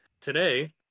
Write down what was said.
today